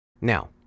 Now